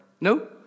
No